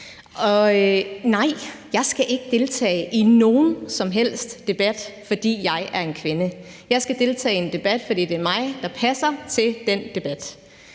Nej! Jeg skal ikke deltage i nogen som helst debat, fordi jeg er en kvinde. Jeg skal deltage i en debat, fordi det er mig, der passer til den debat.